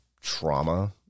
trauma